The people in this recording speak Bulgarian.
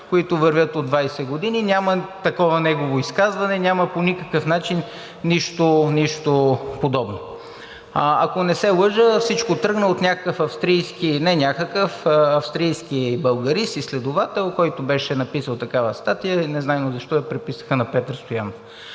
които вървят от 20 години. Няма такова негово изказване, няма по никакъв начин нищо подобно. Ако не се лъжа, всичко тръгна от австрийски българист – изследовател, който беше написал такава статия и незнайно защо я приписаха на Петър Стоянов,